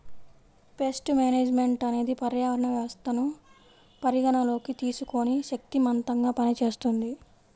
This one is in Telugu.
పేస్ట్ మేనేజ్మెంట్ అనేది పర్యావరణ వ్యవస్థను పరిగణలోకి తీసుకొని శక్తిమంతంగా పనిచేస్తుంది